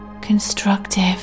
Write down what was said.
constructive